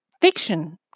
fiction